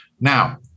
Now